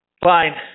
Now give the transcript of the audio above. Fine